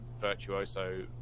virtuoso